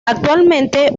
actualmente